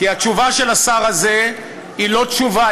כי התשובה של השר הזה היא לא תשובה,